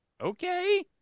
Okay